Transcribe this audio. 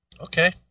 Okay